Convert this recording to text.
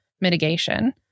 mitigation